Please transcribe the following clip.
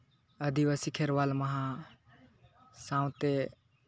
ᱟᱹᱫᱤᱵᱟᱹᱥᱤ ᱠᱷᱮᱨᱚᱣᱟᱞ ᱢᱟᱦᱟ ᱥᱟᱶᱛᱮ